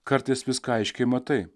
kartais viską aiškiai matai